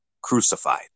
crucified